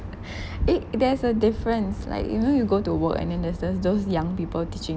eh there's a difference like you know you go to work and then there's there's those young people teaching